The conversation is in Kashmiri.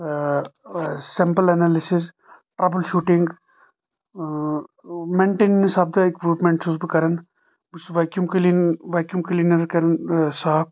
آ sample analysis trouble shooting and maintenance of the equipments چھُس بہٕ کران بہٕ چھُس ویکیوٗم کلین ویکیوٗم کٕلیٖنر کران صاف